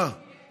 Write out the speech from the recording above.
יואב בן צור (ש"ס):